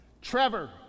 Trevor